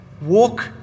walk